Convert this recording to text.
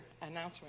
announcement